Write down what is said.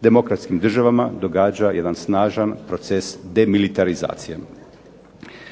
demokratskim državama događa jedan snažan proces demilitarizacije.